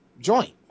joint